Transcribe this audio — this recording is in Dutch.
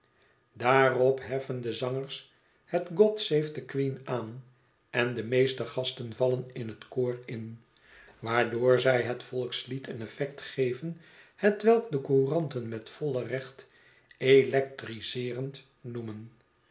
daarop heffen de zangers het god save the queen aan en de meeste gasten vallen in het koor in waardoor zij het volkslied een effect geven hetwelk de couranten met voile recht electriseerend noemen